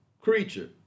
creature